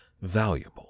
valuable